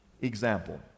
example